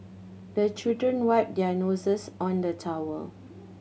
the children wipe their noses on the towel